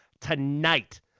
tonight